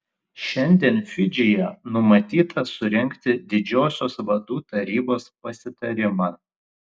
šiandien fidžyje numatyta surengti didžiosios vadų tarybos pasitarimą